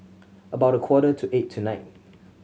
about a quarter to eight tonight